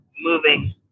moving